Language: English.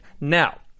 Now